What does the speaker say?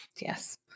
Yes